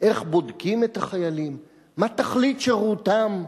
איך בודקים את החיילים, מה תכלית שירותם.